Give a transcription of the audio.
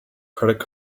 credit